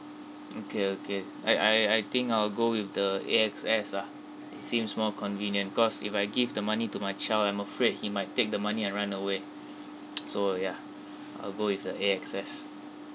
okay okay I I I think I'll go with the A_X_S lah it seems more convenient because if I give the money to my child I'm afraid he might take the money and run away so ya I'll go with the A_X_S